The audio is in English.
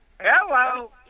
Hello